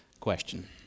question